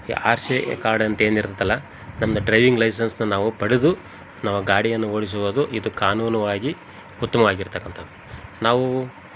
ಈ R C ಕಾರ್ಡಂತ ಏನಿರುತ್ತಲ್ಲ ನಮ್ದು ಡ್ರೈವಿಂಗ್ ಲೈಸೆನ್ಸ್ನ ನಾವು ಪಡೆದು ನಾವು ಗಾಡಿಯನ್ನು ಓಡಿಸುವುದು ಇದು ಕಾನೂನುವಾಗಿ ಉತ್ತಮವಾಗಿರತಕ್ಕಂಥದ್ದು ನಾವು